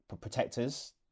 protectors